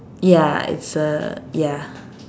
ya it's a ya